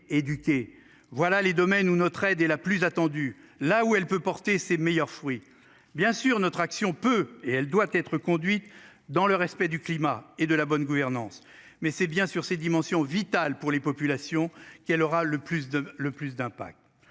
voilà les domaines où notre aide et la plus attendue là où elle peut porter ses meilleurs fruits bien sûr notre action peut et elle doit être conduite dans le respect du climat et de la bonne gouvernance. Mais c'est bien sûr ses dimensions vital pour les populations qu'elle aura le plus de